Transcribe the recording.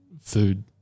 food